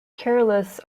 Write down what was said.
careless